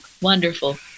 wonderful